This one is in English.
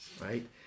right